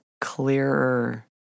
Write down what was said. clearer